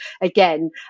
again